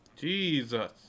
jesus